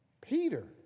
Peter